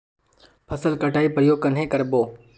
फसल कटाई प्रयोग कन्हे कर बो?